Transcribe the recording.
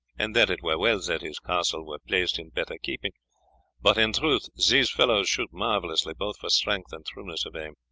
and that it were well that his castle were placed in better keeping but in truth these fellows shoot marvellously, both for strength and trueness of aim.